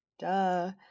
Duh